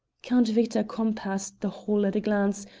count victor compassed the whole at a glance,